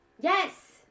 Yes